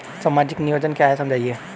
सामाजिक नियोजन क्या है समझाइए?